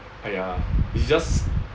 !aiya! it's just